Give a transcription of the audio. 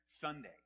Sunday